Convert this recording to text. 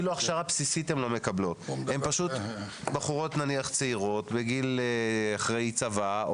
הן בחורות צעירות בגיל אחרי צבא,